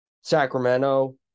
Sacramento